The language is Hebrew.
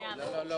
לא.